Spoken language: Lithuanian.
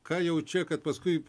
ką jau čia kad paskui